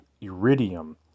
iridium